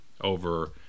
over